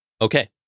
Okay